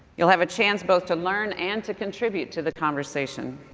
you'll have a chance both to learn and to contribute to the conversation.